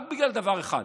רק בגלל דבר אחד,